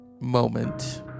moment